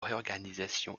réorganisation